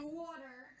water